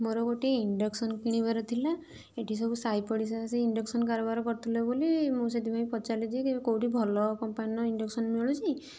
ମୋର ଗୋଟେ ଇଣ୍ଡକ୍ସନ କିଣିବାର ଥିଲା ଏଇଠି ସବୁ ସାଇପଡ଼ିଶା ସେ ଇଣ୍ଡକ୍ସନ କାରବାର କରୁଥିଲେ ବୋଲି ମୁଁ ସେଥିପାଇଁ ପଚାରିଲି ଯେ କେଉଁଠି ଭଲ କମ୍ପାନୀର ଇଣ୍ଡକ୍ସନ ମିଳୁଛି